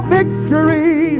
victory